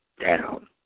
down